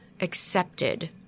accepted